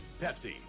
Pepsi